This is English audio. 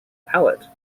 pallet